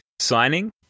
signing